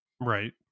Right